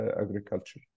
agriculture